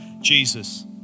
Jesus